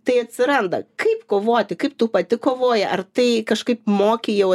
tai atsiranda kaip kovoti kaip tu pati kovoji ar tai kažkaip moki jau